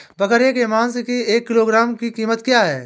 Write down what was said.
बकरे के मांस की एक किलोग्राम की कीमत क्या है?